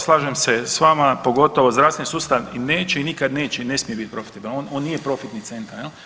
Slažem se s vama, pogotovo zdravstveni sustav i neće i nikad neće i ne smije bit profitabilan, on nije profitni centar jel.